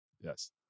Yes